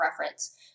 reference